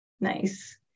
Nice